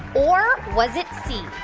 or was it c,